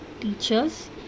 teachers